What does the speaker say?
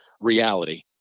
reality